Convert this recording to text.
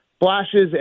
Flashes